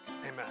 Amen